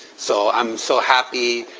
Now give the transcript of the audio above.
so i'm so happy.